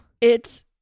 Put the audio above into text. It's-